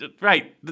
right